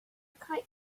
kite